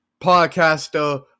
podcaster